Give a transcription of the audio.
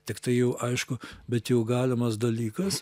tiktai jau aišku bet jau galimas dalykas